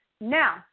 now